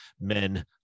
men